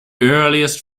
earliest